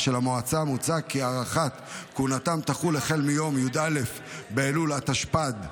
מוצע כי הארכת כהונתם תחול החל מיום י"א באלול התשפ"ד,